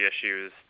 issues